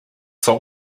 sole